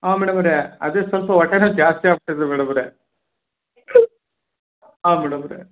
ಹಾಂ ಮೇಡಮವ್ರೆ ಅದೇ ಸ್ವಲ್ಪ ಹೊಟ್ಟೆನೋವು ಜಾಸ್ತಿ ಆಗಿಬಿಟ್ಟಿದೆ ಮೇಡಮವ್ರೆ ಹಾಂ ಮೇಡಮವ್ರೆ